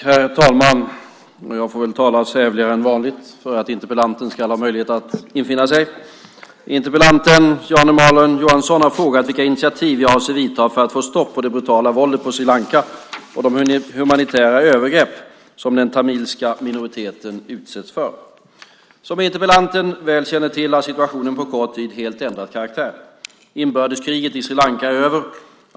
Herr talman! Jan Emanuel Johansson har frågat vilka initiativ jag avser att vidta för att få stopp på det brutala våldet på Sri Lanka och de humanitära övergrepp som den tamilska minoriteten utsätts för. Som interpellanten väl känner till har situationen på kort tid helt ändrat karaktär. Inbördeskriget i Sri Lanka är över.